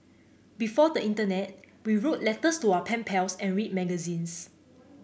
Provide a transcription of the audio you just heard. before the internet we wrote letters to our pen pals and read magazines